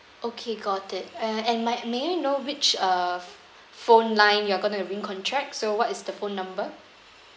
okay got it and and my may I know which uh ph~ phone line you're going to re-contract so what is the phone number